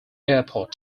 airport